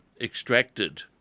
extracted